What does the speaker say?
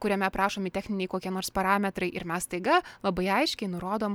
kuriame aprašomi techniniai kokie nors parametrai ir mes staiga labai aiškiai nurodom